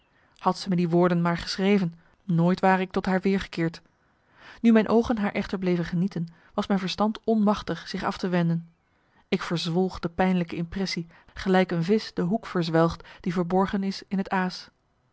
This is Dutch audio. had ze me die woorden maar geschreven nooit ware ik tot haar weergekeerd nu mijn oogen haar echter bleven genieten was mijn verstand onmachtig zich af te wenden ik verzwolg de pijnlijke impressie gelijk een visch de hoek verzwelgt die verborgen is in het aas